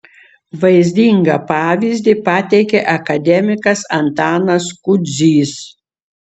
vaizdingą pavyzdį pateikė akademikas antanas kudzys